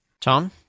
Tom